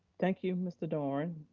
thank you, mr. doran.